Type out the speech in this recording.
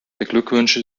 beglückwünsche